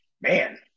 man